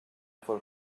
for